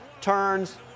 turns